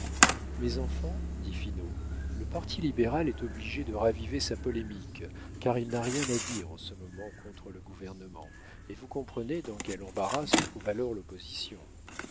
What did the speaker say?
mes enfants dit finot le parti libéral est obligé de raviver sa polémique car il n'a rien à dire en ce moment contre le gouvernement et vous comprenez dans quel embarras se trouve alors l'opposition